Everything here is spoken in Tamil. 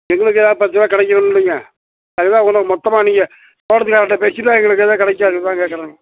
எங்களுக்கு ஏதாவது பத்து ரூபா கிடைக்கணும் இல்லைங்க அது தான் கொண்டாந்து மொத்தமாக நீங்கள் தோட்டத்தில் அவர்கிட்ட பேசிட்டால் எங்களுக்கு ஏதாவது கிடைக்கும் அதுக்கு தான் கேட்கறேங்க